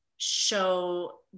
show